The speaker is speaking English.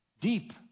deep